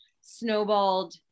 snowballed